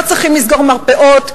לא צריכים לסגור מרפאות,